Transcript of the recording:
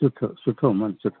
सुठो सुठो मनु सुठो